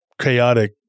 chaotic